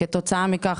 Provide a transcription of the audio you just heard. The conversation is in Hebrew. כתוצאה מכך,